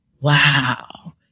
wow